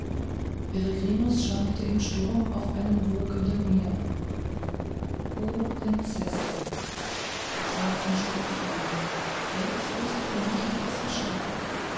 peregrinus schwankte im sturm auf einem wogenden meer o prinzessin das wort entschlüpfte ihm selbst wußte er nicht wie es geschah